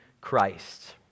Christ